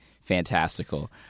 fantastical